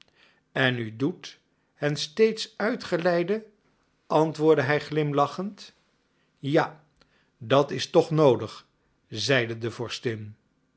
en u doet hen steeds uitgeleide antwoordde hij glimlachend ja dat is toch noodig zeide de